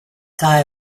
guy